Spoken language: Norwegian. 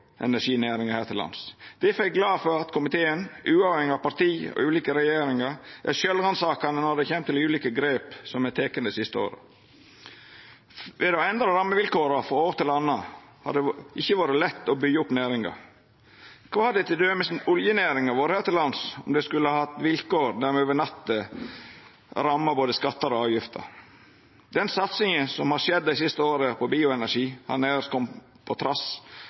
her til lands. Difor er eg glad for at komiteen, uavhengig av parti og ulike regjeringar, er sjølvransakande når det gjeld ulike grep som er tekne dei siste åra. Ved å endra rammevilkåra frå år til anna har det ikkje vore lett å byggja opp næringa. Kva hadde t.d. oljenæringa vore her til lands om ho skulle hatt vilkår der me over natta endra ramma for både skattar og avgifter? Den satsinga på bioenergi som har skjedd dei siste åra, har nærmast kome på trass av, ikkje på